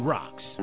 Rocks